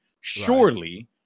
surely